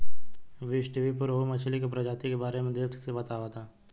बीज़टीवी पर रोहु मछली के प्रजाति के बारे में डेप्थ से बतावता